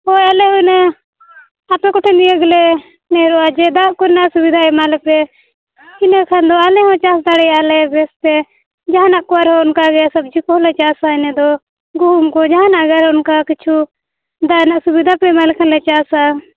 ᱦᱳᱭ ᱟᱞᱮ ᱚᱱᱟ ᱟᱯᱮ ᱠᱚᱴᱷᱮᱱ ᱱᱤᱭᱟᱹ ᱜᱮᱞᱮ ᱱᱮᱦᱚᱨᱚᱜᱼᱟ ᱡᱮ ᱫᱟᱜ ᱠᱚᱨᱮᱱᱟᱜ ᱥᱩᱵᱤᱫᱟ ᱮᱢᱟ ᱞᱮᱯᱮ ᱤᱱᱟᱹ ᱠᱷᱟᱱ ᱫᱚ ᱟᱞᱮ ᱦᱚᱸ ᱪᱟᱥ ᱫᱟᱲᱮᱭᱟᱜᱼᱟ ᱞᱮ ᱵᱮᱥ ᱛᱮ ᱡᱟᱦᱟᱸᱱᱟᱜ ᱠᱚ ᱟᱨᱦᱚᱸ ᱚᱱᱠᱟᱜᱮ ᱥᱚᱵᱡᱤ ᱠᱚᱦᱚᱸᱞᱮ ᱪᱟᱥᱟ ᱤᱱᱟᱹ ᱫᱚ ᱜᱩᱦᱩᱢ ᱠᱚ ᱡᱟᱦᱟᱱᱟᱜ ᱜᱮ ᱟᱨᱚ ᱚᱱᱠᱟ ᱠᱤᱪᱷᱩ ᱫᱟᱜ ᱨᱮᱱᱟᱜ ᱥᱩᱵᱤᱫᱟᱯᱮ ᱮᱢᱟ ᱞᱮᱠᱷᱟᱱᱞᱮ ᱪᱟᱥᱟ